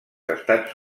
estats